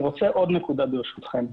אני רוצה להעלות עוד נקודה, ברשותכם: